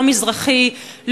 לא מזרחי,